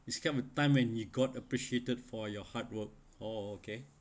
it's kind of a time when you got appreciated for your hard work oh okay